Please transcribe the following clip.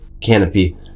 canopy